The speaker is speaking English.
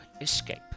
escape